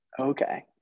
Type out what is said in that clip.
Okay